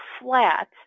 flat